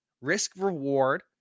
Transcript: risk-reward